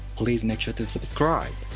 please make sure to subscribe.